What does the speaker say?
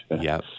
Yes